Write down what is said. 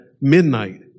midnight